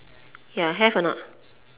ya have or not